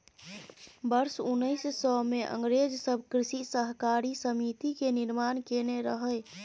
वर्ष उन्नैस सय मे अंग्रेज सब कृषि सहकारी समिति के निर्माण केने रहइ